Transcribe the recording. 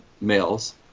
males